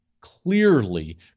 clearly